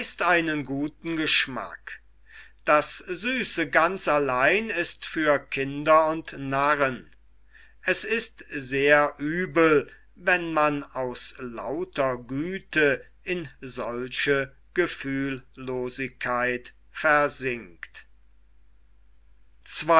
einen guten geschmack das süße ganz allein ist für kinder und narren es ist sehr übel wenn man aus lauter güte in solche gefühllosigkeit versinkt